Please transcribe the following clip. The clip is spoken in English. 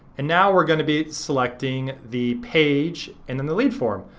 and now we're gonna be selecting the page and then the lead form.